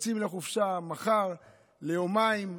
יוצאים לחופשה מחר ליומיים,